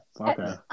okay